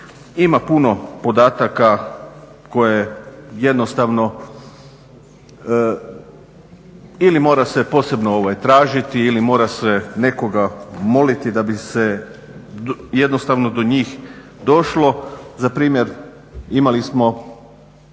Ima puno podataka koje jednostavno ili mora se posebno tražiti ili mora se nekoga moliti da bi se jednostavno do njih došlo. Za primjer imali smo